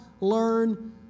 learn